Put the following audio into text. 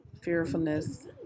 fearfulness